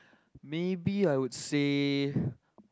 maybe I would say